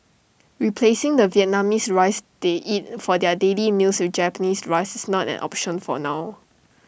replacing the Vietnamese rice they eat for their daily meals with Japanese rice is not an option for now